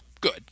good